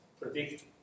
predict